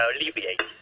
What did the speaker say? alleviate